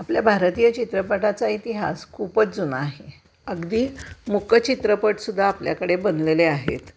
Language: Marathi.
आपल्या भारतीय चित्रपटाचा इतिहास खूपच जुना आहे अगदी मूक चित्रपटसुद्धा आपल्याकडे बनलेले आहेत